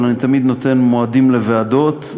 אבל אני תמיד נותן מועדים לוועדות,